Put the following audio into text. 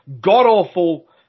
god-awful